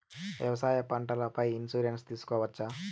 వ్యవసాయ పంటల పై ఇన్సూరెన్సు తీసుకోవచ్చా?